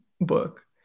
book